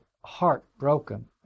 heartbroken